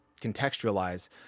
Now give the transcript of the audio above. contextualize